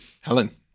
helen